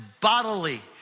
bodily